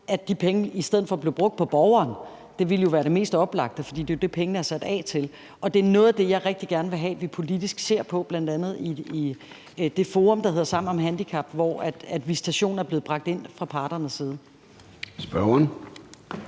at de penge i stedet for bliver brugt på borgeren. Det ville jo være det mest oplagte, for det er det, pengene er sat af til. Og det er noget af det, jeg rigtig gerne vil have vi politisk ser på i bl.a. det forum, der hedder Sammen om handicap, hvor visitation er blevet bragt ind fra parternes side. Kl.